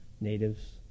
natives